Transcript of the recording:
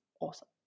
awesome